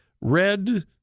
red